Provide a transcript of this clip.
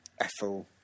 Ethel